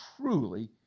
truly